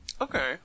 Okay